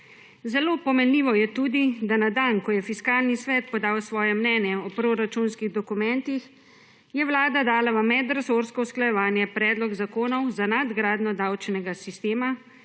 Zelo pomenljivo je tudi, da je na dan, ko je Fiskalni svet podal svoje mnenje o proračunskih dokumentih, Vlada dala v medresorsko usklajevanje predlog zakonov za nadgradnjo davčnega sistema,